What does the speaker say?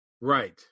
Right